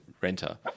renter